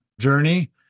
journey